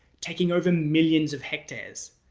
taking over millions of hectares.